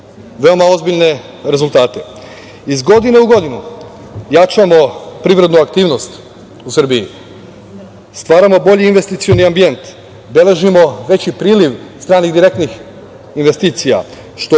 veoma ozbiljne rezultate. Iz godine u godinu jačamo privrednu aktivnost u Srbiji, stvaramo bolji investicioni ambijent, beležimo veći priliv stranih direktnih investicija što